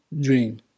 dream